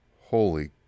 Holy